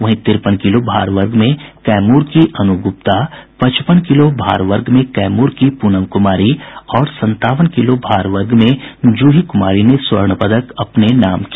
वहीं तिरपन किलो भार वर्ग में कैमूर की अनु गुप्ता पचपन किलो भार वर्ग में कैमूर की प्रनम कुमारी और संतावन किलो भार वर्ग में जूही कुमारी ने स्वर्ण पदक अपने नाम किया